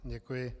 Děkuji.